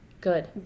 Good